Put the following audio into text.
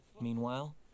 Meanwhile